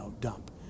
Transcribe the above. dump